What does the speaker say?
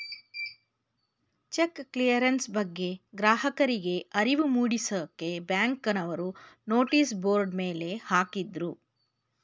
check clearance ಬಗ್ಗೆ ಗ್ರಾಹಕರಿಗೆ ಅರಿವು ಮೂಡಿಸಕ್ಕೆ ಬ್ಯಾಂಕ್ನವರು ನೋಟಿಸ್ ಬೋರ್ಡ್ ಮೇಲೆ ಹಾಕಿದ್ರು